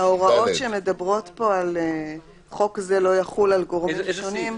ההחרגות של צה"ל וכדומה, סעיף (ג),